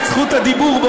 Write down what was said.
זה בדיוק מה